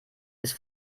ist